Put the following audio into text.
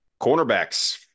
Cornerbacks